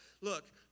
look